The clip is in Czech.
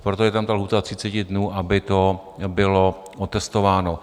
Proto je tam ta lhůta 30 dnů, aby to bylo otestováno.